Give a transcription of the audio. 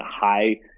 high